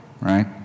right